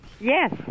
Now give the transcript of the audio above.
Yes